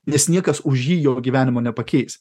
nes niekas už jį jo gyvenimo nepakeis